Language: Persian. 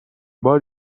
بار